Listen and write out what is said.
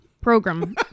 Program